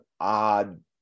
odd